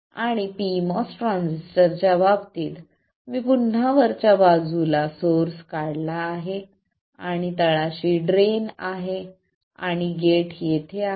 आणि pMOS ट्रान्झिस्टरच्या बाबतीत मी पुन्हा वरच्या बाजूला सोर्स काढला आहे आणि तळाशी ड्रेन आहे आणि गेट येथे आहे